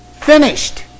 Finished